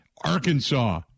Arkansas